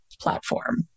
platform